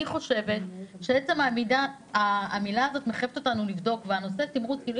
אני חושבת שעצם המילה הזו מחייבת אותנו לבדוק והנושא תמרוץ כאילו,